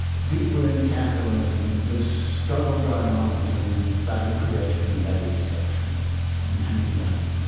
deep within capitalism, this struggle going on between value creation and value destruction and anti-value